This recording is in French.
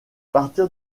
partir